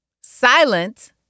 Silent